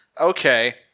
Okay